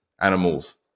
animals